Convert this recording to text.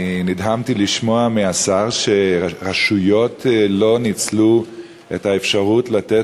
נדהמתי לשמוע מהשר שרשויות לא ניצלו את האפשרות לתת